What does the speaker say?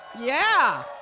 yeah.